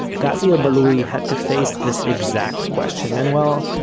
ghazi al-buliwi had to face this exact question. and well,